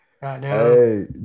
Hey